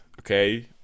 okay